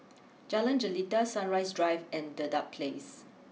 Jalan Jelita Sunrise Drive and Dedap place